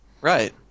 Right